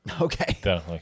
Okay